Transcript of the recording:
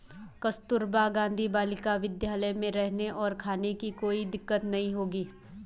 कस्तूरबा गांधी बालिका विद्यालय में रहने और खाने की कोई दिक्कत नहीं होगी